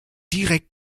direkt